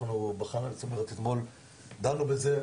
אנחנו בחנו את זה ודנו בזה אתמול.